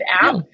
app